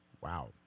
Wow